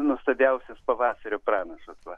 nuostabiausias pavasario pranašas va